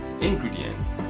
ingredients